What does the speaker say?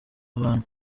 abantu